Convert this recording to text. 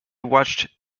watched